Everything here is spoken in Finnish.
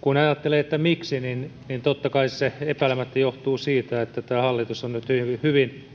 kun ajattelee että miksi niin niin totta kai se epäilemättä johtuu siitä että tämä hallitus on nyt hyvin hyvin